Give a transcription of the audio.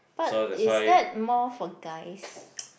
but is that more for guys